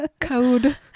code